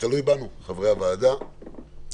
תודה רבה, אדוני היושב-ראש.